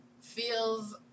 feels